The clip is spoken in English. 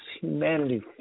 humanity